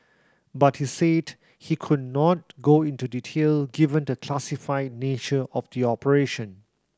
but he said he could not go into detail given the classified nature of the operation